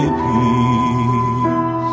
peace